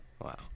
Wow